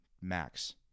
Max